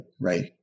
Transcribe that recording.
right